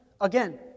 Again